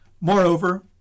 Moreover